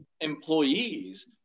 employees